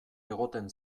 egoten